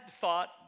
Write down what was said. thought